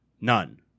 None